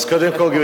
אז קודם כול,